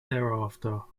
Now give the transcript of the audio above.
thereafter